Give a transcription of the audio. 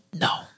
No